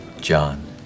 John